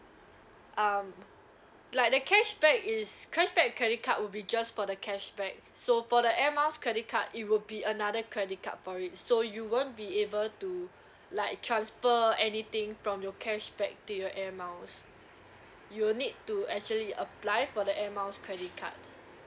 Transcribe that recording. um like the cashback is cashback credit card will be just for the cashback so for the air miles credit card it will be another credit card for it so you won't be able to like transfer anything from your cashback to your air miles you'll need to actually apply for the air miles credit card